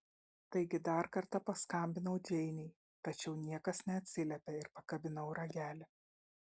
taigi dar kartą paskambinau džeinei tačiau niekas neatsiliepė ir pakabinau ragelį